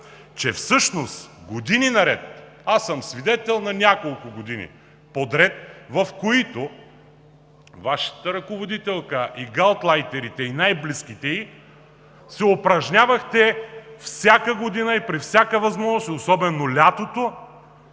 че всъщност години наред – аз съм свидетел на няколко години подред, в които Вашата ръководителка, гаулайтерите и най-близките ѝ се упражнявахте всяка година и при всяка възможност, особено лятото,